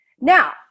Now